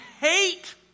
hate